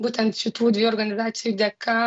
būtent šitų dviejų organizacijų dėka